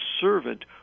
servant